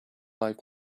live